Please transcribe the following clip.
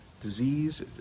disease